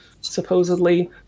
supposedly